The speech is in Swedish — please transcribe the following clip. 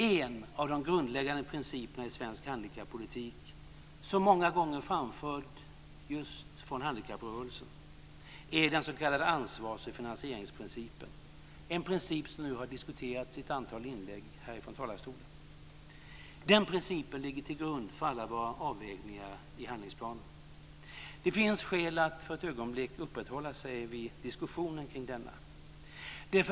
En av de grundläggande principerna i svensk handikappolitik, som många gånger framförts just från handikapprörelsen, är den s.k. ansvars och finansieringsprincipen - en princip som nu har diskuterats i ett antal inlägg här ifrån talarstolen. Den principen ligger till grund för alla våra avvägningar i handlingsplanen. Det finns skäl att för ett ögonblick uppehålla sig vid diskussionen kring denna.